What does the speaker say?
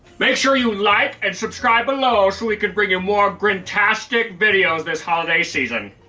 make sure you like and subscribe below, so we could bring you more grin-tastic videos this holiday season.